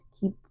keep